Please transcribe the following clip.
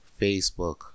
Facebook